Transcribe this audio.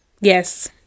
Yes